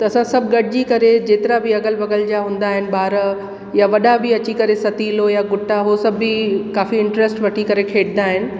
त असां सभु गॾिजी करे जेतिरा बि अगल बगल जा हूंदा आहिनि ॿार यां वॾा बि अची करे सतीलो यां गुटा हो सभ बि काफ़ी इंटरस्ट वठी करे खेॾींदा आहिनि